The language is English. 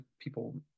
people